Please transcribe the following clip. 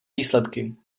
výsledky